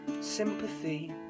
sympathy